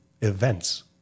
events